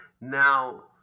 Now